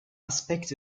aspekt